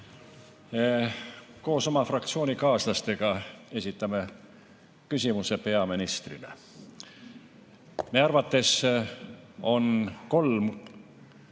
Koos oma fraktsioonikaaslastega esitame küsimuse peaministrile. Meie arvates on